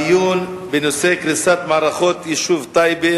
הדיון בנושא: קריסת מערכות בטייבה,